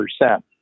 percent